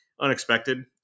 unexpected